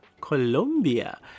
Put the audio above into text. Colombia